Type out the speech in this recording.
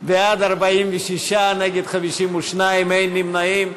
בעד, 46, נגד, 52, אין נמנעים.